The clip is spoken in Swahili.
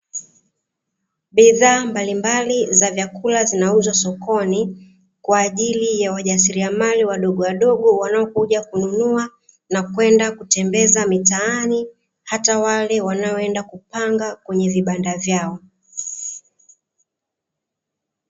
Bidhaa mbalimbali za vyakula zinauzwa sokoni kwa ajili ya wajasiriamali wadogowadogo wanaokuja kununua na kwenda kutembeza mitaani hata wale wanaoenda kupanga kwenye vibanda vyao.